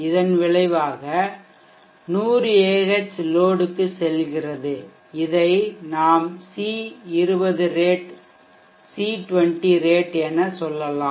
இதன் விளைவாக 100Ah லோட்க்குச் செல்கிறது இதை நாம் C 20 ரேட் என சொல்லலாம்